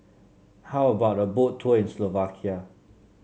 how about a Boat Tour in Slovakia